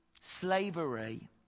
slavery